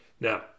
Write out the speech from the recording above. now